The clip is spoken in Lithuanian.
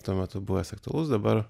tuo metu buvęs aktualus dabar